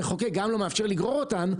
המחוקק גם לא מאפשר לגרור אותן,